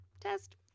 Test